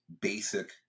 basic